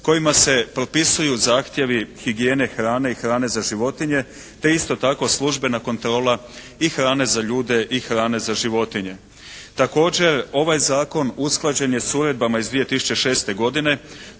kojima se propisuju zahtjevi higijene hrane i hrane za životinje, te isto tako službena kontrola i hrane za ljude i hrane za životinje. Također, ovaj zakon usklađen je sa uredbama iz 2006. godine